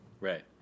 right